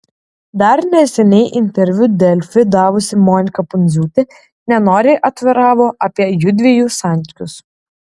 dar neseniai interviu delfi davusi monika pundziūtė nenoriai atviravo apie jųdviejų santykius